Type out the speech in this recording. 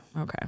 Okay